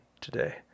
today